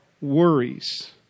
worries